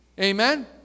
Amen